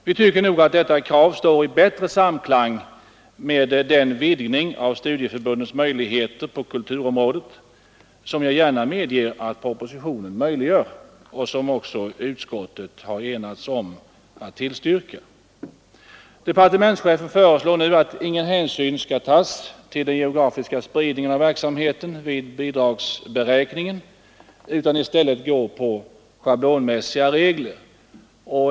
Vi tycker att detta krav står i bättre samklang med den vidgning av studieförbundens möjligheter på kulturområdet som propositionen anger — det medger jag gärna. Departementschefen föreslår nu att ingen hänsyn skall tas till den geografiska spridningen av verksamheten vid bidragsberäkningen. I stället skall schablonmässiga regler tillämpas.